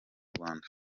rwanda